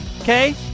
okay